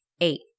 Eight